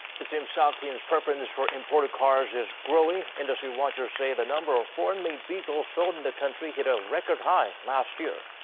it seems south korean's preference for imported cars is growing. industry watchers say the number of foreign-made vehicles sold in the country hit a record high last year.